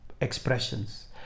expressions